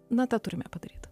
na tą turime padaryt